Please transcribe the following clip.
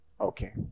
Okay